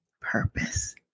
purpose